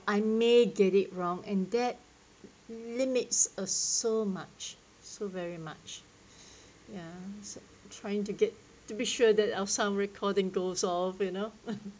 I may get it wrong and that limits us so much so very much ya trying to get to be sure that our sound recording goes off of you know